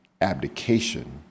abdication